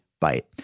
bite